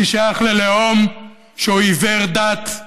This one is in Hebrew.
אני שייך ללאום שהוא עיוור לדת,